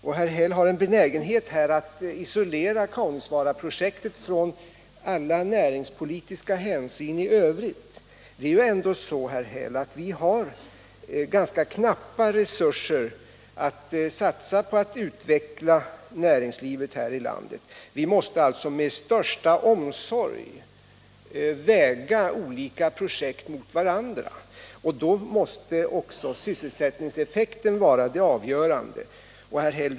Han har här en benägenhet att isolera Kaunisvaaraprojektet från alla näringspolitiska hänsyn i övrigt. Det är ju ändå så, herr Häll, att vi har ganska knappa resurser för att satsa på att utveckla näringslivet här i landet. Vi är därför tvungna att med största omsorg väga olika projekt mot varandra, och då måste sysselsättningseffekten vara det avgörande.